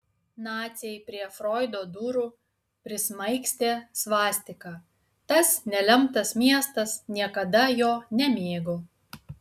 naciai prie froido durų prismaigstė svastiką tas nelemtas miestas niekada jo nemėgo